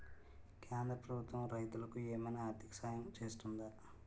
కేంద్ర ప్రభుత్వం రైతులకు ఏమైనా ఆర్థిక సాయం చేస్తుందా?